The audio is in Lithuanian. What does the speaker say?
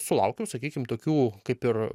sulaukiau sakykim tokių kaip ir